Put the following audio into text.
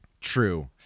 True